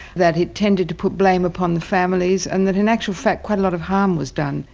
that it tended to put blame upon the families, and that in actual fact quite a lot of harm was done.